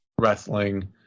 wrestling